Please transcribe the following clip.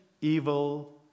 evil